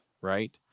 right